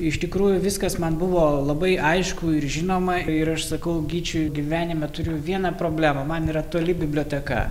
iš tikrųjų viskas man buvo labai aišku ir žinoma ir aš sakau gyčiui gyvenime turiu vieną problemą man yra toli biblioteka